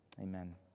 Amen